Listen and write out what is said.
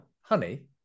honey